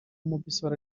mobisol